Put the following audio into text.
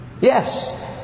Yes